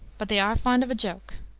but they are fond of a joke.